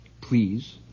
please